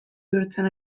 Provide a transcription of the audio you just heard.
bihurtzen